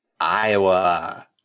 Iowa